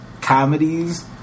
comedies